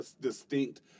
distinct